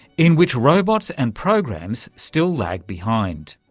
in which robots and programs still lag behind.